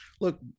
Look